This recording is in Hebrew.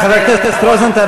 חבר הכנסת רוזנטל,